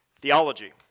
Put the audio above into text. theology